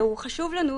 הוא חשוב לנו,